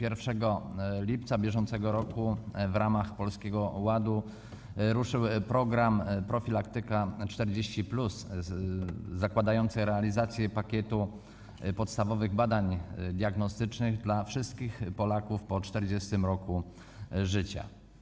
1 lipca br. w ramach Polskiego Ładu ruszył program „Profilaktyka 40+”, który zakłada realizację pakietu podstawowych badań diagnostycznych dla wszystkich Polaków po 40 roku życia.